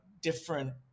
different